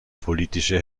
politische